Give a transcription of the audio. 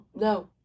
No